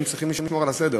הם צריכים לשמור על הסדר,